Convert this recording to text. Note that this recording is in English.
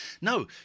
No